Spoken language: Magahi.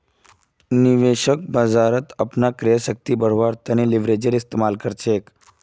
निवेशक बाजारत अपनार क्रय शक्तिक बढ़व्वार तने लीवरेजेर इस्तमाल कर छेक